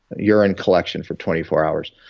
urine collection for twenty four hours.